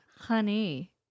honey